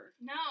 No